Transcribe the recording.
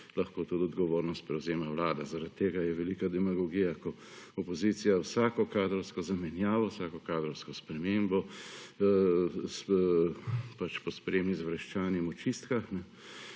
lahko tudi odgovornost prevzema Vlada. Zaradi je velika demagogija, ko opozicija vsako kadrovsko zamenjavo, vsako kadrovsko spremembo pač pospremi z vreščanjem o čistkah.